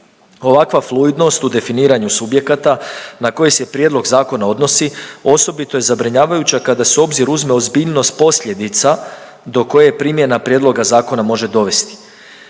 Ovakva fluidnost u definiranju subjekata na koje se prijedlog zakona odnosi osobito je zabrinjavajuća kada se u obzir uzme ozbiljnost posljedica do koje primjena prijedloga zakona može dovesti.